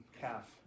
calf